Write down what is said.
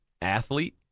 athlete